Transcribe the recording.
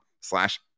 slash